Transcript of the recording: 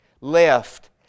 left